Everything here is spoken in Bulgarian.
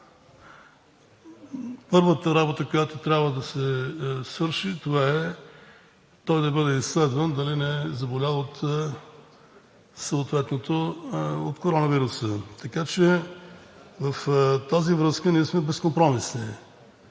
първата работа, която трябва да се свърши, това е той да бъде изследван дали не е заболял от коронавируса. Така че в тази връзка ние сме безкомпромисни.